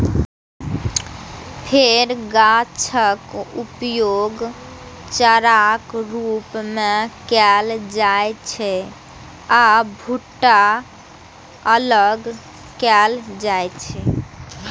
फेर गाछक उपयोग चाराक रूप मे कैल जाइ छै आ भुट्टा अलग कैल जाइ छै